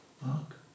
fuck